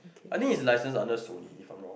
I think is lesser under story it from more